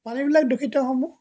পানীবিলাক দূষিত হ'ব